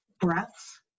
breaths